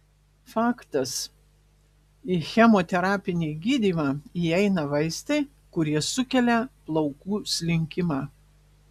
faktas į chemoterapinį gydymą įeina vaistai kurie sukelia plaukų slinkimą